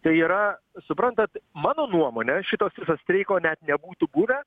tai yra suprantat mano nuomone šitos viso streiko net nebūtų buvę